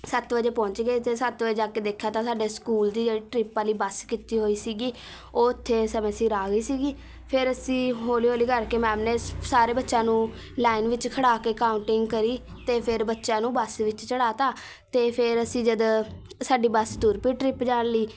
ਸੱਤ ਵਜੇ ਪਹੁੰਚ ਗਏ ਅਤੇ ਸੱਤ ਵਜੇ ਜਾ ਕੇ ਦੇਖਿਆ ਤਾਂ ਸਾਡੇ ਸਕੂਲ ਦੀ ਟਰਿੱਪ ਵਾਲੀ ਬੱਸ ਕੀਤੀ ਹੋਈ ਸੀਗੀ ਉਹ ਉੱਥੇ ਸਮੇਂ ਸਿਰ ਆ ਗਈ ਸੀਗੀ ਫਿਰ ਅਸੀਂ ਹੌਲੀ ਹੌਲੀ ਕਰਕੇ ਮੈਮ ਨੇ ਸ ਸਾਰੇ ਬੱਚਿਆਂ ਨੂੰ ਲਾਇਨ ਵਿੱਚ ਖੜ੍ਹਾ ਕੇ ਕਾਊਂਟਿੰਗ ਕਰੀ ਅਤੇ ਫਿਰ ਬੱਚਿਆਂ ਨੂੰ ਬੱਸ ਵਿੱਚ ਚੜ੍ਹਾ ਤਾ ਅਤੇ ਫਿਰ ਅਸੀਂ ਜਦ ਸਾਡੀ ਬਸ ਤੁਰ ਪਈ ਟਰਿੱਪ ਜਾਣ ਲਈ